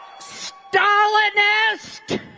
Stalinist